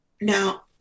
Now